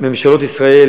שממשלות ישראל,